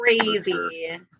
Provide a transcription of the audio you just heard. Crazy